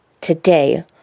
Today